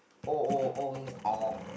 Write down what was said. O O O means orh